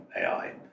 AI